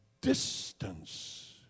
distance